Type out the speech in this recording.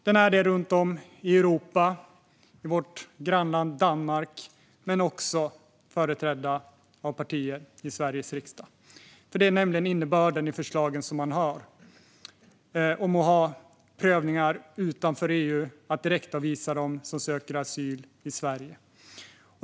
Den är det runt om i Europa, i vårt grannland Danmark men den inställningen är också företrädd av partier i Sveriges riksdag. Det är nämligen innebörden i förslagen som vi hör. Man vill ha prövningar utanför EU och direktavvisa dem som söker asyl i Sverige.